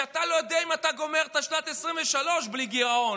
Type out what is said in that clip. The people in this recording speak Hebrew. כשאתה לא יודע אם אתה גומר את שנת 2023 בלי גירעון.